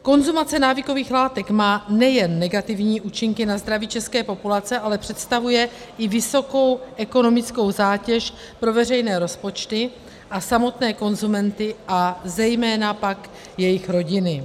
Konzumace návykových látek má nejen negativní účinky na zdraví české populace, ale představuje i vysokou ekonomickou zátěž pro veřejné rozpočty a samotné konzumenty a zejména pak jejich rodiny.